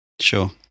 Sure